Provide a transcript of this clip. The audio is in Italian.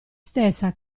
stessa